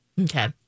Okay